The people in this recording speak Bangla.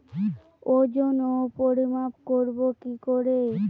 ওজন ও পরিমাপ করব কি করে?